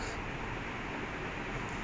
ஆமா:aamaa